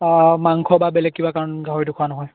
অঁ মাংস বা বেলেগ কিবা কাৰণ গাহৰিটো খোৱা নহয়